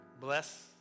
bless